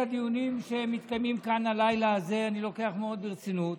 את הדיונים שמתקיימים כאן הלילה הזה לוקח מאוד ברצינות.